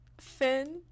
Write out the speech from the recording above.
Finn